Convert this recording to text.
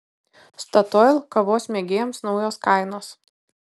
statoil kavos mėgėjams naujos kainos